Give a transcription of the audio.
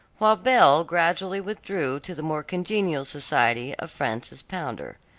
while belle gradually withdrew to the more congenial society of frances pounder.